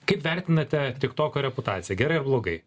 kaip vertinate tiktoko reputaciją gerai ar blogai